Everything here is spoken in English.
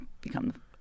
become